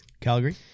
Calgary